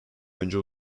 önce